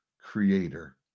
creator